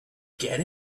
get